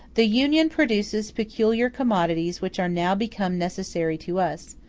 the union produces peculiar commodities which are now become necessary to us,